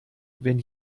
wenn